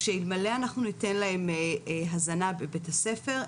שאלמלא אנחנו ניתן להם הזנה בבית הספר,